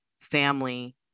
family